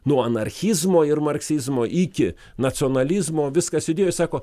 nuo anarchizmo ir marksizmo iki nacionalizmo viskas judėjo jis sako